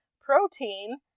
protein